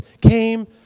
came